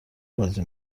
بازی